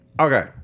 Okay